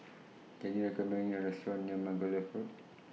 Can YOU recommend Me A Restaurant near Margoliouth Road